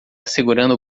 segurando